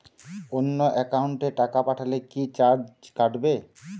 অন্য একাউন্টে টাকা পাঠালে কি চার্জ কাটবে?